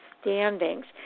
standings